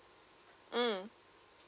mm